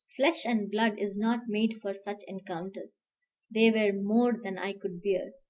flesh and blood is not made for such encounters they were more than i could bear.